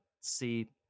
see